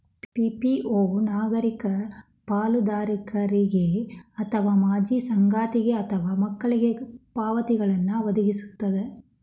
PPO ನಾಗರಿಕ ಪಾಲುದಾರರಿಗೆ ಅಥವಾ ಮಾಜಿ ಸಂಗಾತಿಗೆ ಅಥವಾ ಮಕ್ಳಿಗೆ ಪಾವತಿಗಳ್ನ್ ವದಗಿಸ್ತದ